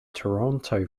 toronto